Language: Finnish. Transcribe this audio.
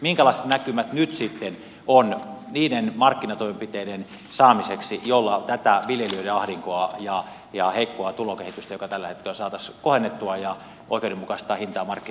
minkälaiset näkymät nyt sitten on niiden markkinatoimenpiteiden saamiseksi joilla tätä viljelijöiden ahdinkoa ja heikkoa tulokehitystä joka tällä hetkellä on saataisiin kohennettua ja oikeudenmukaista hintaa markkinoilta saataisiin